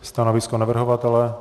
Stanovisko navrhovatele?